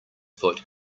foot